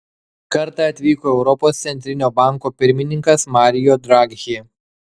kartą atvyko europos centrinio banko pirmininkas mario draghi